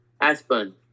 Aspen